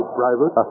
private